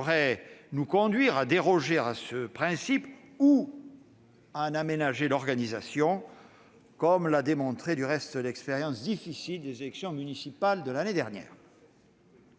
-pourraient nous conduire à déroger à ce principe ou à en aménager l'organisation, comme l'a démontré, du reste, l'expérience difficile des élections municipales de l'année dernière.